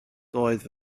doedd